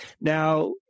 Now